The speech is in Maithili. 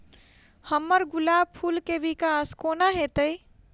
हम्मर गुलाब फूल केँ विकास कोना हेतै?